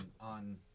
on